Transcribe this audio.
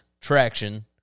traction